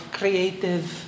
creative